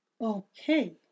Okay